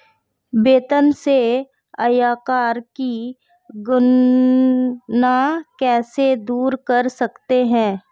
वेतन से आयकर की गणना कैसे दूर कर सकते है?